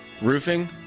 roofing